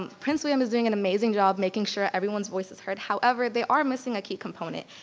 um prince william is doing an amazing job making sure everyone's voice is heard, however, they are missing a key component,